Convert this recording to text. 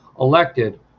elected